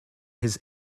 his